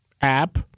app